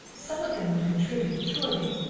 some of them would contribute, surely.